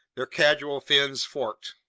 their caudal fins forked.